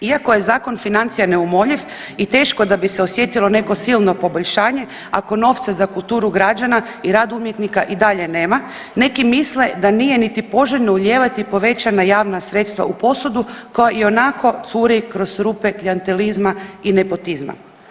Iako je zakon financija neumoljiv i teško da bi se osjetilo neko silno poboljšanje ako novca za kulturu građana i rad umjetnika i dalje nema neki misle da nije niti poželjno ulijevati povećana javna sredstva u posudu koja ionako curi kroz rupe klijentelizma i nepotizma.